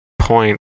point